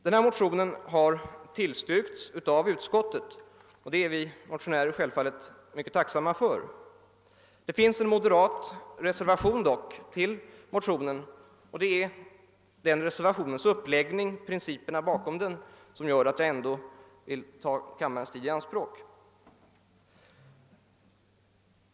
Denna motion har tillstyrkts av utskottet, och det är vi självfallet mycket tacksamma för. Det finns dock en moderat reservation, och det är dess uppläggning och principerna bakom den som gör att jag vill ta kammarens tid i anspråk.